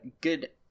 good